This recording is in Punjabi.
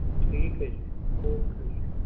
ਠੀਕ ਹੈ ਜੀ ਓਕੇ ਜੀ ਓਕੇ